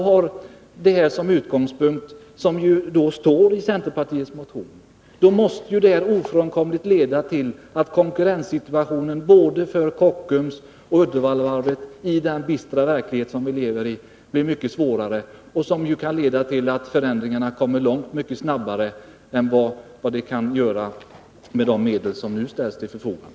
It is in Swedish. Har man som utgångspunkt det som står i centerpartiets motion leder det ofrånkomligen till att konkurrenssituationen för både Kockums och Uddevallavarvet i den bistra verklighet vi lever i blir mycket svårare och kan leda till att förändringarna kommer långt snabbare än vad de kan göra med de medel som nu ställs till förfogande.